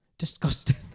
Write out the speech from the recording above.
Disgusting